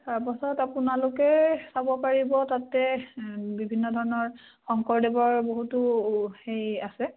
তাৰপাছত আপোনালোকে চাব পাৰিব তাতে বিভিন্ন ধৰণৰ শংকৰদেৱৰ বহুতো হেৰি আছে